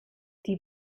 die